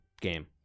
game